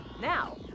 Now